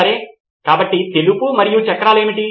సరే కాబట్టి తెలుపు మరియు చక్రాలు ఏమిటి